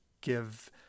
give